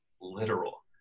literal